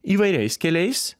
įvairiais keliais